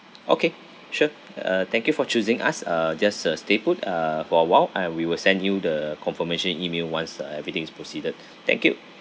okay sure uh thank you for choosing us uh just uh stay put uh for a while I we will send you the confirmation email once uh everything's proceeded thank you